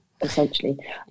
essentially